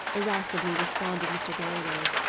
irascibly responded mr. galloway.